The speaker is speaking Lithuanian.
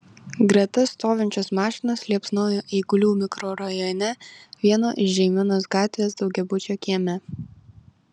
greta stovinčios mašinos liepsnojo eigulių mikrorajone vieno iš žeimenos gatvės daugiabučio kieme